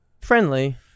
Friendly